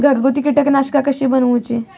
घरगुती कीटकनाशका कशी बनवूची?